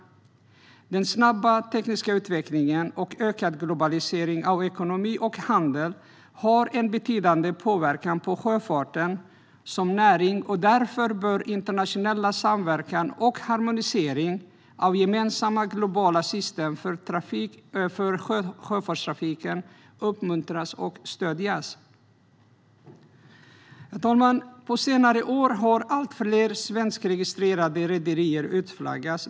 Den snabba tekniska utvecklingen och ökad globalisering av ekonomi och handel har en betydande påverkan på sjöfarten som näring, och därför bör internationell samverkan och harmonisering av gemensamma globala system för sjöfartstrafiken uppmuntras och stödjas. Herr talman! På senare år har allt fler svenskregistrerade rederier utflaggats.